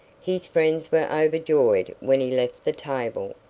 his friends were overjoyed when he left the table,